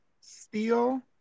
steel